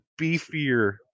beefier